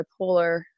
bipolar